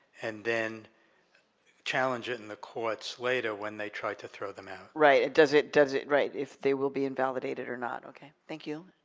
and then challenge it in the courts later when they try to throw them out? right, does it, does it, right. if they will be invalidated or not. okay, thank you.